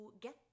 get